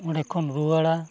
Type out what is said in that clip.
ᱚᱸᱰᱮ ᱠᱷᱚᱱ ᱨᱩᱣᱟᱹᱲᱟ